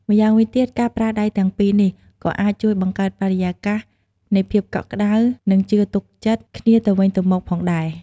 ម្យ៉ាងវិញទៀត ការប្រើដៃទាំងពីរនេះ ក៏អាចជួយបង្កើតបរិយាកាសនៃភាពកក់ក្តៅ និងជឿទុកចិត្តគ្នាទៅវិញទៅមកផងដែរ។